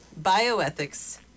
bioethics